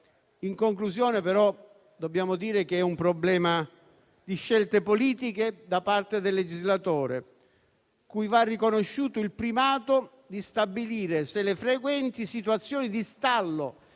In conclusione, però, dobbiamo dire che è un problema di scelte politiche da parte del legislatore, cui va riconosciuto il primato di stabilire se le frequenti situazioni di stallo